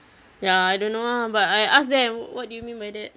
ya I don't know ah but I asked them what do you mean by that